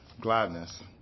gladness